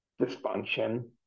dysfunction